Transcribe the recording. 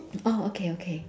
oh okay okay